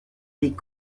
des